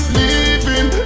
living